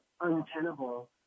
untenable